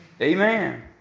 Amen